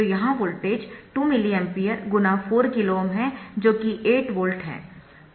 तो यहाँ voltage 2 milliampere × 4 KΩ है जो कि 8 वोल्ट है